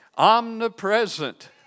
omnipresent